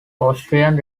austrian